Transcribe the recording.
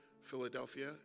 Philadelphia